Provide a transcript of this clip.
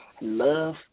love